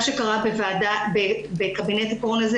מה שקרה בקבינט הקורונה,